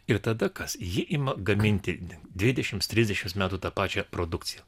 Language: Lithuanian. ir tada kas ji ima gaminti dvidešimt trisdešimt metų tą pačią produkciją